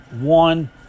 one